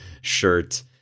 shirt